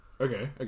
okay